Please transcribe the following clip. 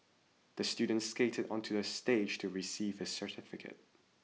the student skated onto the stage to receive his certificate